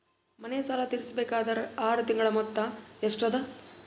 ಮನೆ ಸಾಲ ತೀರಸಬೇಕಾದರ್ ಆರ ತಿಂಗಳ ಮೊತ್ತ ಎಷ್ಟ ಅದ?